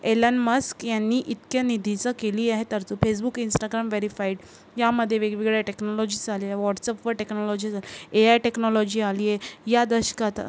Elon Musk यांनी इतक्या निधीचं केली आहे तरतूद फेसबुक इन्स्टाग्राम व्हेरीफाईड यामदे वेगवेगळ्या टेक्नॉलॉजीज आलेल्या व्हॉट्सअप व टेक्नॉलॉजीज यात ए आय टेक्नॉलॉजी आली आहे या दशकात